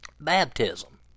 baptism